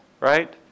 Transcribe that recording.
Right